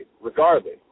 regardless